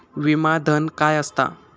विमा धन काय असता?